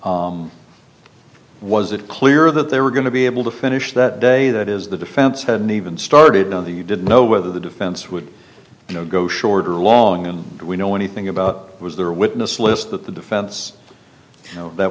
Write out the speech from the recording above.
was it clear that they were going to be able to finish that day that is the defense hadn't even started know that you didn't know whether the defense would you know go short or long and we know anything about it was their witness list that the defense